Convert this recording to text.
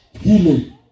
healing